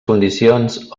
condicions